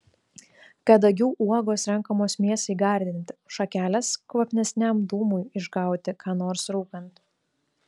kadagių uogos renkamos mėsai gardinti šakelės kvapnesniam dūmui išgauti ką nors rūkant